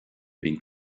bíonn